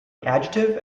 adjective